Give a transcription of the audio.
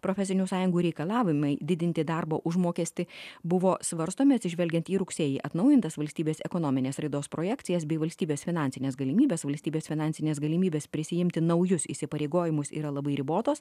profesinių sąjungų reikalavimai didinti darbo užmokestį buvo svarstomi atsižvelgiant į rugsėjį atnaujintas valstybės ekonominės raidos projekcijas bei valstybės finansines galimybes valstybės finansinės galimybės prisiimti naujus įsipareigojimus yra labai ribotos